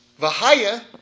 Vahaya